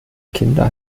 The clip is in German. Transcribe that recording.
kinder